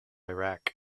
iraq